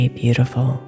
beautiful